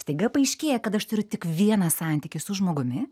staiga paaiškėja kad aš turiu tik vieną santykį su žmogumi